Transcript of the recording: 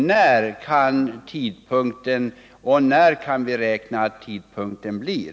När kan vi räkna med att det blir?